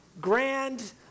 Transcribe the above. grand